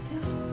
Yes